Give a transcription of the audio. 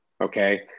Okay